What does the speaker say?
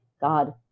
God